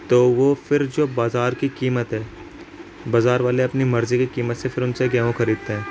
تو وہ پھر جو بازار کی قیمت ہے بازار والے اپنی مرضی کی قیمت سے پھر ان سے گیہوں خریدتے ہیں